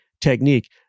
technique